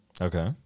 okay